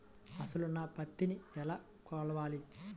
అసలు నా పత్తిని ఎలా కొలవాలి?